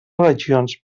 regions